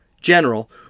General